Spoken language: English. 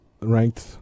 ranked